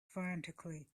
frantically